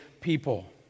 people